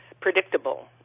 predictable